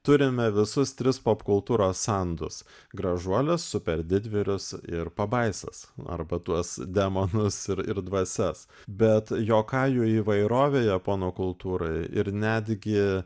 turime visus tris pop kultūros sandus gražuolius super didvyrius ir pabaisas arba tuos demonus ir ir dvasias bet jokajų įvairovė japonų kultūroj ir netgi